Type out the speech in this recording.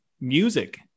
music